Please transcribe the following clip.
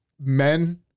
men